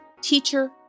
Teacher